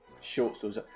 shorts